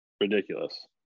ridiculous